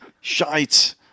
Shite